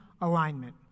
alignment